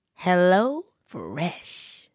HelloFresh